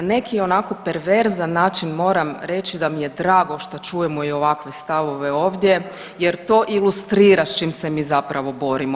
Na neki onako perverzan način moram reći da mi je drago što čujemo i ovakve stavove ovdje jer to ilustrira s čim se mi zapravo borimo.